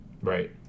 right